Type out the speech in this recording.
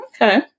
Okay